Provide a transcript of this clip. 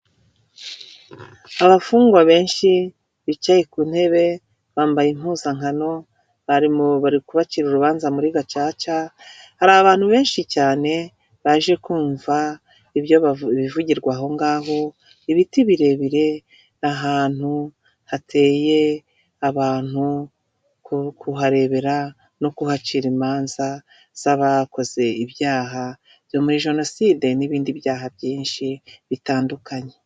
Abafungwa benshi bicaye ku ntebe bambaye impuzankano bari kubacira urubanza muri gacaca hari abantu benshi cyane baje kumva ibivugirwa aho ngaho ibiti birebire ahantu hateye abantu kuharebera no kuhacira imanza z'abakoze ibyaha byo muri jenoside n'ibindi byaha byinshi bitandukanye.